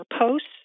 posts